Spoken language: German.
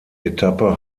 etappe